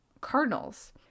cardinals